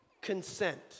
consent